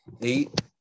eight